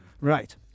right